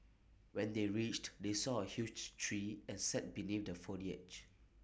when they reached they saw A huge tree and sat beneath the foliage